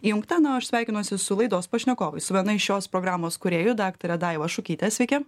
įjungta na o aš sveikinuosi su laidos pašnekovais su viena iš šios programos kūrėjų daktare daiva šukyte sveiki